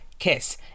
kiss